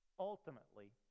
ultimately